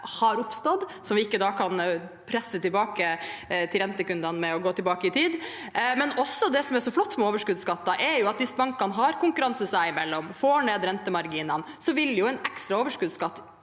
har oppstått, som vi ikke kan presse tilbake til rentekundene med å gå tilbake i tid. Det som er så flott med overskuddsskatter, er at hvis bankene har konkurranse seg imellom og får ned rentemarginene, vil en ekstra overskuddsskatt